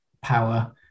power